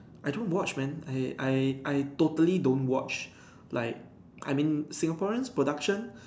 I don't watch man I I I totally don't watch like I mean Singaporean production